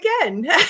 again